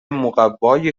مقوای